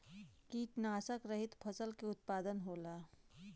कीटनाशक रहित फसल के उत्पादन होला